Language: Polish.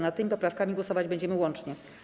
Nad tymi poprawkami głosować będziemy łącznie.